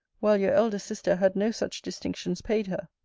while your elder sister had no such distinctions paid her.